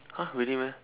!huh! really meh